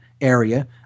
Area